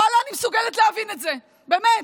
ואללה, אני מסוגלת להבין את זה, באמת.